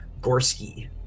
gorski